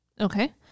Okay